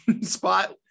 spot